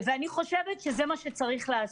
אני חושבת שזה מה שצריך לעשות.